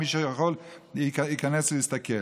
מי שיכול ייכנס ויסתכל.